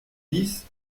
dix